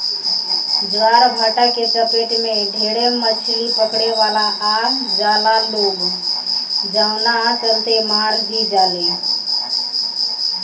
ज्वारभाटा के चपेट में ढेरे मछली पकड़े वाला आ जाला लोग जवना चलते मार भी जाले